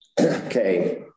Okay